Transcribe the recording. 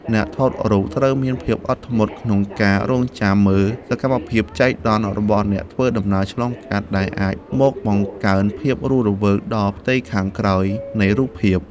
អ្នកថតរូបត្រូវមានភាពអត់ធ្មត់ក្នុងការរង់ចាំមើល សកម្មភាពចៃដន្យរបស់អ្នកធ្វើដំណើរឆ្លងកាត់ ដែលអាចមកបង្កើនភាពរស់រវើកដល់ផ្ទៃខាងក្រោយនៃរូបភាព។